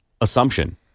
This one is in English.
assumption